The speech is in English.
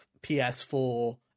PS4